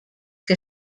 que